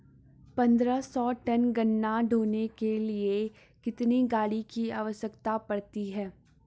पन्द्रह सौ टन गन्ना ढोने के लिए कितनी गाड़ी की आवश्यकता पड़ती है?